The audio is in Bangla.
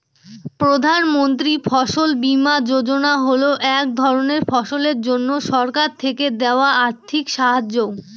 প্রধান মন্ত্রী ফসল বীমা যোজনা হল এক ধরনের ফসলের জন্যে সরকার থেকে দেওয়া আর্থিক সাহায্য